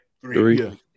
Three